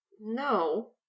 No